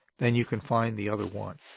then you can find the other one.